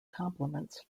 complements